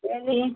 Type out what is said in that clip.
चलिए